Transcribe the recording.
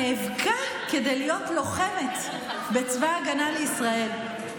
נאבקה כדי להיות לוחמת בצבא הגנה לישראל.